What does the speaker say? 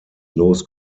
los